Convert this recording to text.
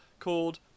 ...called